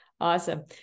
Awesome